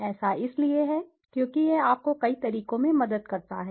ऐसा इसलिए है क्योंकि यह आपको कई तरीकों से मदद करता है